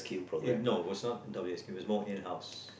it no was not double W_S_Q it was more in house